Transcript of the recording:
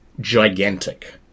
gigantic